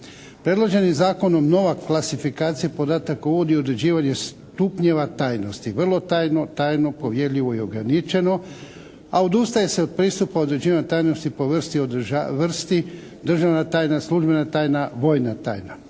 Predloženim Zakonom nova klasifikacija podataka uvodi određivanje stupnjeva tajnosti, vrlo tajno, tajno, povjerljivo i ograničeno, a odustaje se od pristupa određivanja tajnosti po vrsti državna tajna, službena tajna, vojna tajna.